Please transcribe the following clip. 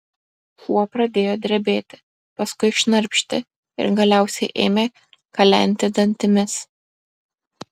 šuo pradėjo drebėti paskui šnarpšti ir galiausiai ėmė kalenti dantimis